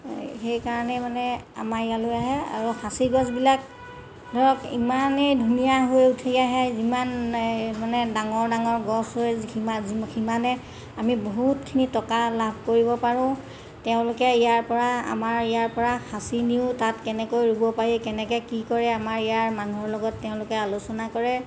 এই সেইকাৰণেই মানে আমাৰ ইয়ালৈ আহে আৰু সাঁচি গছবিলাক ধৰক ইমানেই ধুনীয়া হৈ উঠি আহে সিমান এই মানে ডাঙৰ ডাঙৰ গছ হয় সিমানে আমি বহুতখিনি টকা লাভ কৰিব পাৰোঁ তেওঁলোকে ইয়াৰপৰা আমাৰ ইয়াৰপৰা সাঁচি নিও তাত কেনেকৈ ৰুব পাৰি কেনেকৈ কি কৰে আমাৰ ইয়াৰ মানুহৰ লগত তেওঁলোকে আলোচনা কৰে